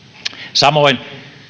samoin